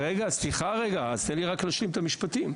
רגע, רק תן לי להשלים את המשפטים.